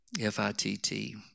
F-I-T-T